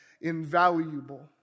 invaluable